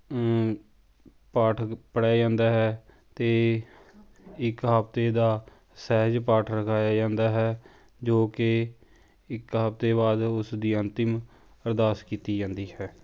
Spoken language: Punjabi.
ਪਾਠ ਪੜ੍ਹਿਆ ਜਾਂਦਾ ਹੈ ਅਤੇ ਇੱਕ ਹਫਤੇ ਦਾ ਸਹਿਜ ਪਾਠ ਰਖਾਇਆ ਜਾਂਦਾ ਹੈ ਜੋ ਕਿ ਇੱਕ ਹਫ਼ਤੇ ਬਾਅਦ ਉਸ ਦੀ ਅੰਤਿਮ ਅਰਦਾਸ ਕੀਤੀ ਜਾਂਦੀ ਹੈ